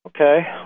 Okay